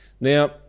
Now